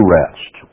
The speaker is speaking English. rest